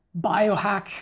biohack